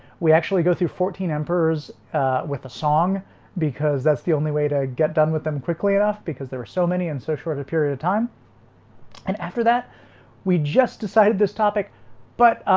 we actually go through fourteen emperors with a song because that's the only way to get done with them quickly enough because there are so many in so short a period of time and after that we just decided this topic but